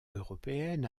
européenne